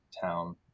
town